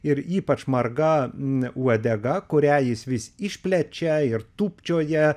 ir ypač marga ne uodega kurią jis vis išplečia ir tūpčioja